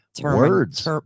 words